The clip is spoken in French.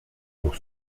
pour